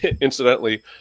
incidentally